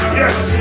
yes